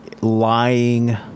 lying